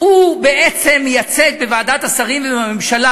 הוא בעצם מייצג בוועדת השרים ובממשלה,